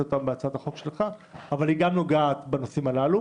בהצעת החוק שלך אבל היא גם נוגעת בנושאים הללו.